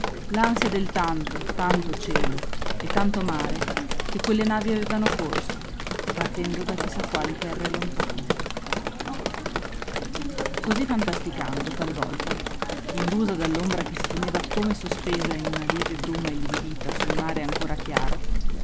l'ansia del tanto tanto cielo e tanto mare che quelle navi avevano corso partendo da chi sa quali terre lontane così fantasticando talvolta illusa dall'ombra che si teneva come sospesa in una lieve bruma illividita sul mare ancora chiaro